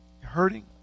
Hurting